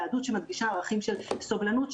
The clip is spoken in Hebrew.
יהדות שמדגישה ערכים של סובלנות,